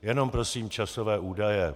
Jenom prosím časové údaje.